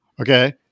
Okay